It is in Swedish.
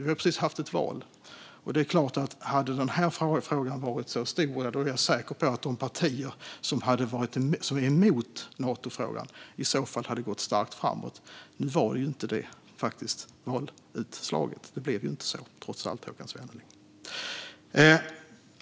Vi har precis haft ett val, och om den här frågan hade varit stor då är jag säker på att de partier som är emot i Natofrågan hade gått starkt framåt. Nu blev detta faktiskt inte utfallet. Det blev inte så, Håkan Svenneling.